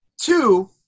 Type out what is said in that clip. Two